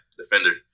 defender